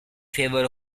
favour